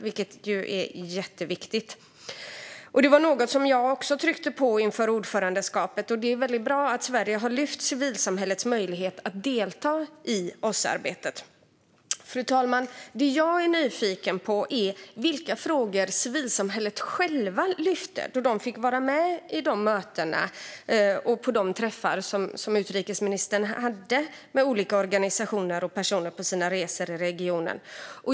Det är ju jätteviktigt, och det var något som också jag tryckte på inför ordförandeskapet. Det är väldigt bra att Sverige har lyft fram civilsamhällets möjlighet att delta i OSSE-arbetet. Fru talman! Jag är nyfiken på vilka frågor civilsamhället själva lyfte fram då de fick vara med på de möten och träffar som utrikesministern hade med olika organisationer och personer på sina resor i regionen.